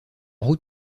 route